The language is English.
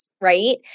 right